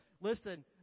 listen